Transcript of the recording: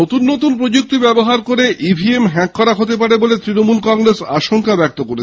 নতুন নতুন প্রযুক্তি ব্যবহার করে ইভিএম হ্যাক করা হতে পারে বলে তৃণমূল কংগ্রেস আশঙ্কা প্রকাশ করেছে